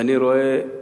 ואני רואה,